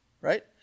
Right